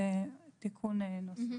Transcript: זה תיקון נוסף.